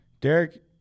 Derek